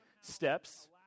steps